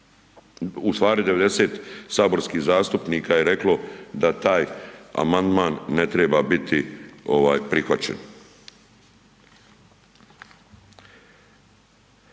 Ustvari, 90 saborskih zastupnika je reklo da taj amandman ne treba biti prihvaćen.